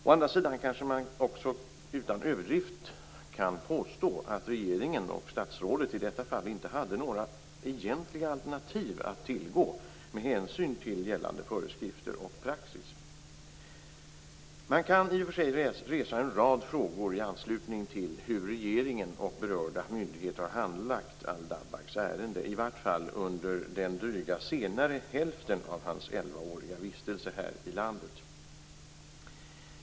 Å andra sidan kanske man också utan överdrift kan påstå att regeringen och statsrådet i detta fall inte hade några egentliga alternativ att tillgå, med hänsyn till gällande föreskrifter och praxis. Man kan i och för sig resa en rad frågor i anslutning till hur regeringen och berörda myndigheter har handlagt Al-Dabbaghs ärende, i varje fall under drygt senare hälften av hans elvaåriga vistelse här i landet.